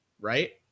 right